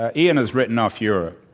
ah ian has written off europe.